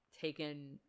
taken